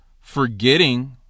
forgetting